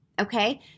okay